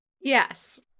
Yes